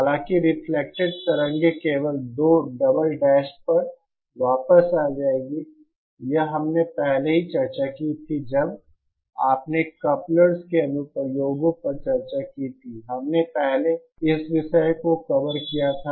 हालांकि रिफ्लेक्टेड तरंगें केवल 2 डबल डैश पर वापस आ जाएंगी यह हमने पहले ही चर्चा की थी जब आपने कपलरस के अनुप्रयोगों पर चर्चा की थी हमने पहले इस विषय को कवर किया था